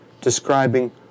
describing